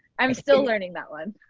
i'm still learning that one.